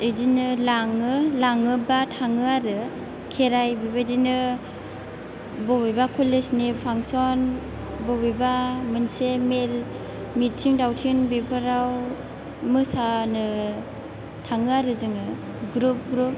बेदिनो लाङाे लाङाेबा थाङाे आरो खेराय बेबायदिनो बबेबा कलेज नि फांसन बबेबा मोनसे मेल मिथिं दावथिं बेफोराव मोसानो थाङाे आरो जोङाे ग्रुप ग्रुप